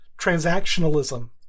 transactionalism